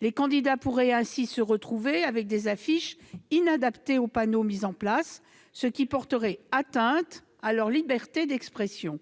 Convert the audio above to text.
Les candidats pourraient ainsi se retrouver avec des affiches inadaptées aux panneaux mis en place, ce qui porterait atteinte à leur liberté d'expression.